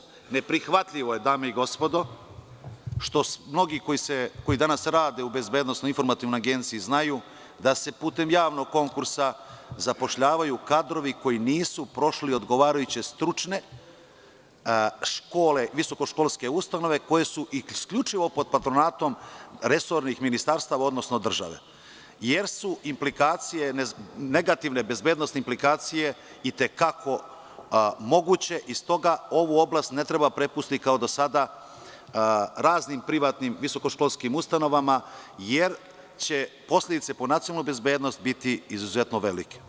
Dame i gospodo, neprihvatljivo je što mnogi koji danas rade u Bezbednosno informacionoj agenciji znaju, da se putem javnog konkursa zapošljavaju kadrovi koji nisu prošli odgovarajuće stručne visokoškolske ustanove koje su isključivo pod patronatomresornih ministarstava, odnosno države, jer su negativne bezbednosne implikacije i te kako moguće i stoga ovu oblast ne treba prepustiti kao do sada raznim privatnim visokoškolskim ustanovama, jer će posledice po nacionalnu bezbednost biti izuzetno velike.